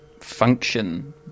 function